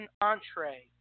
entree